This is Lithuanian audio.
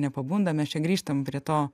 nepabunda mes čia grįžtam prie to